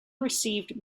received